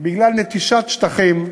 בגלל נטישת שטחים.